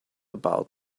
about